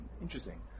interesting